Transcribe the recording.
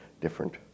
different